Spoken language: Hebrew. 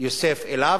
יוסף אליו,